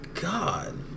God